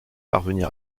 parvenir